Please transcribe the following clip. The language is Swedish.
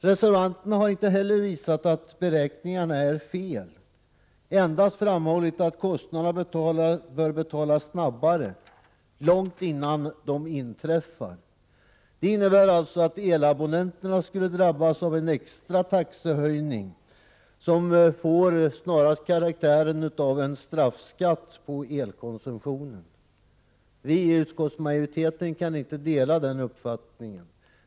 Reservanterna har inte heller visat att beräkningarna är felaktiga, endast framhållit att kostnaderna bör betalas snabbare, långt innan de inträffar. Det innebär att elabonnenterna skulle drabbas av en extra taxehöjning som snarast får karaktären av en straffskatt på elkonsumtionen. Vi i utskottsmajoriteten kan inte dela den uppfattningen.